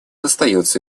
остается